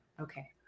Okay